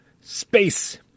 Space